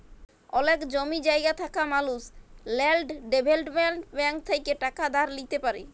অলেক জমি জায়গা থাকা মালুস ল্যাল্ড ডেভেলপ্মেল্ট ব্যাংক থ্যাইকে টাকা ধার লিইতে পারি